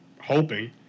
hoping